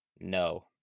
No